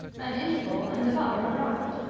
an interval and the butler arrived.